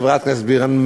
חברת הכנסת בירן,